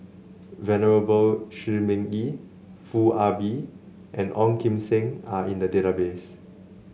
Venerable Shi Ming Yi Foo Ah Bee and Ong Kim Seng are in the database